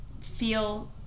feel